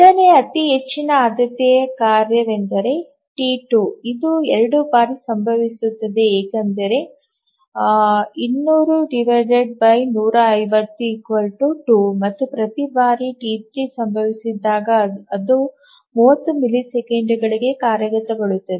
ಎರಡನೇ ಅತಿ ಹೆಚ್ಚು ಆದ್ಯತೆಯ ಕಾರ್ಯವೆಂದರೆ ಟಿ2 ಇದು 2 ಬಾರಿ ಸಂಭವಿಸುತ್ತದೆ ಏಕೆಂದರೆ ⌈200150⌉2 ಮತ್ತು ಪ್ರತಿ ಬಾರಿ ಟಿ3 ಸಂಭವಿಸಿದಾಗ ಅದು 30 ಮಿಲಿಸೆಕೆಂಡಿಗೆ ಕಾರ್ಯಗತಗೊಳ್ಳುತ್ತದೆ